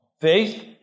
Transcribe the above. Faith